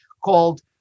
called